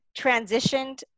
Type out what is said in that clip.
transitioned